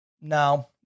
No